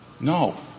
No